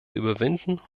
überwinden